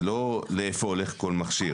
זה לא לאן הולך כל מכשיר.